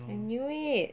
I knew it